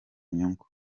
inyungu